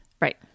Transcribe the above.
right